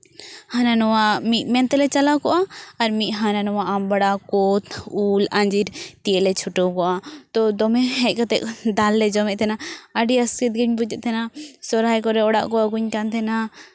ᱦᱟᱱᱟ ᱱᱚᱣᱟ ᱢᱤᱫ ᱢᱮᱱ ᱛᱮᱞᱮ ᱪᱟᱞᱟᱣ ᱠᱚᱜᱼᱟ ᱟᱨ ᱢᱤᱫ ᱦᱟᱱᱟ ᱱᱚᱣᱟ ᱟᱢᱵᱽᱲᱟ ᱠᱩᱫᱽ ᱩᱞ ᱟᱺᱡᱤᱨ ᱛᱤᱭᱳᱜ ᱞᱮ ᱪᱷᱩᱴᱟᱹᱣ ᱠᱚᱜᱼᱟ ᱛᱳ ᱫᱚᱢᱮ ᱦᱮᱡ ᱠᱟᱛᱮᱫ ᱫᱟᱞ ᱞᱮ ᱡᱚᱢᱮᱫ ᱛᱟᱦᱮᱱᱟ ᱟᱨ ᱟᱹᱰᱤ ᱟᱥᱠᱮᱛ ᱜᱤᱧ ᱵᱩᱡᱮᱫ ᱛᱟᱦᱮᱱᱟ ᱥᱚᱨᱦᱟᱭ ᱠᱚᱨᱮᱫ ᱚᱲᱟᱜ ᱠᱚ ᱟᱹᱜᱩᱧ ᱠᱟᱱ ᱛᱟᱦᱮᱱᱟ